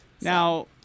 Now